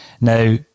Now